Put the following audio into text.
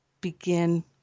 begin